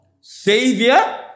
Savior